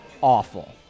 awful